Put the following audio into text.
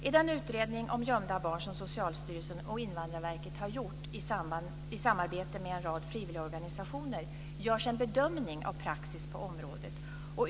I den utredning om gömda barn som Socialstyrelsen och Invandrarverket har gjort i samarbete med en rad frivilligorganisationer görs en bedömning av praxis på området.